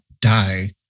die